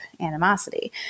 animosity